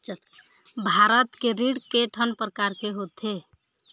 भारत के ऋण के ठन प्रकार होथे?